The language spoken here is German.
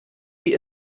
wie